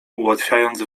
ułatwiając